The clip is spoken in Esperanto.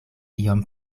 iom